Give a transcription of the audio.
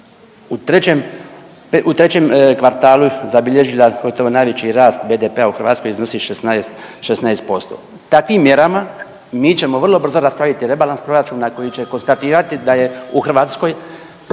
u trećem kvartalu zabilježila gotovo najveći rast BDP-a u Hrvatskoj iznosi 16%. Takvim mjerama mi ćemo vrlo brzo raspraviti rebalans proračuna koji će konstatirati da je u Hrvatskoj